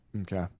Okay